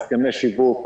הסכמי שיווק,